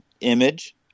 Image